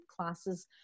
classes